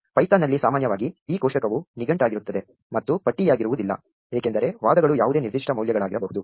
ಪೈಥಾನ್ನಲ್ಲಿ ಸಾಮಾನ್ಯವಾಗಿ ಈ ಕೋಷ್ಟಕವು ನಿಘಂಟಾಗಿರುತ್ತದೆ ಮತ್ತು ಪಟ್ಟಿಯಾಗಿರುವುದಿಲ್ಲ ಏಕೆಂದರೆ ವಾದಗಳು ಯಾವುದೇ ನಿರ್ದಿಷ್ಟ ಮೌಲ್ಯಗಳಾಗಿರಬಹುದು